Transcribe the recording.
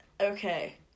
okay